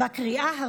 לוועדת החינוך,